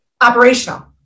operational